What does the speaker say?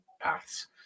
paths